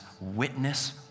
witness